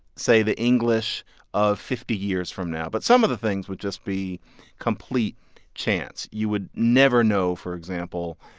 say, the english of fifty years from now, but some of the things would just be complete chance. you would never know, for example,